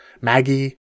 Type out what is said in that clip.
Maggie